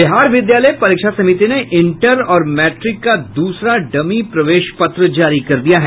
बिहार विद्यालय परीक्षा समिति ने इंटर और मैट्रिक का दूसरा डमी प्रवेश पत्र जारी कर दिया है